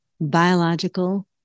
biological